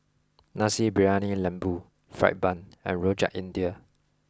Nasi Briyani Lembu Fried Bun and Rojak India